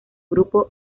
grupo